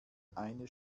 eine